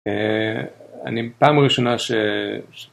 אני פעם ראשונה ש...